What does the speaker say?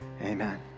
Amen